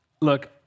Look